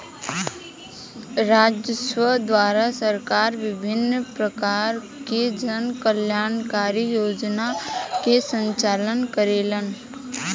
राजस्व द्वारा सरकार विभिन्न परकार के जन कल्याणकारी योजना के संचालन करेला